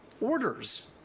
orders